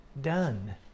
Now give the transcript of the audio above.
done